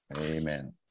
Amen